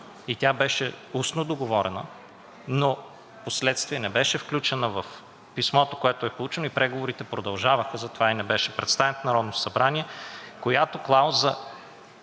и тя беше устно договорена, но впоследствие не беше включена в писмото, което е получено, защото преговорите продължаваха. Затова не беше представена в Народното събрание, която клауза